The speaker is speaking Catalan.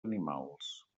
animals